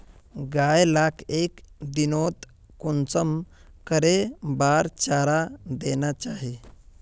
गाय लाक एक दिनोत कुंसम करे बार चारा देना चही?